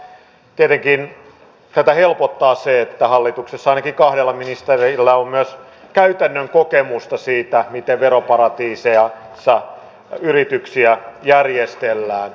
tietenkin tätä helpottaa se että hallituksessa ainakin kahdella ministerillä on myös käytännön kokemusta siitä miten veroparatiiseissa yrityksiä järjestellään